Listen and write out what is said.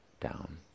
down